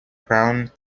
crown